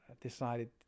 decided